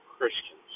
Christians